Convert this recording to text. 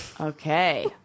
okay